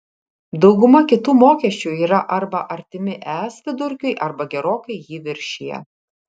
dauguma kitų mokesčių yra arba artimi es vidurkiui arba gerokai jį viršija